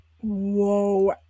Whoa